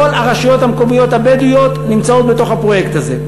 כל הרשויות המקומיות הבדואיות נמצאות בפרויקט הזה.